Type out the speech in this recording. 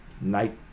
Night